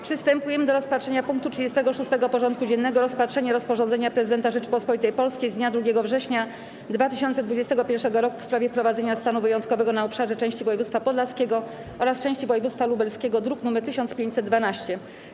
Przystępujemy do rozpatrzenia punktu 36. porządku dziennego: Rozpatrzenie rozporządzenia Prezydenta Rzeczypospolitej Polskiej z dnia 2 września 2021 r. w sprawie wprowadzenia stanu wyjątkowego na obszarze części województwa podlaskiego oraz części województwa lubelskiego (druk nr 1512)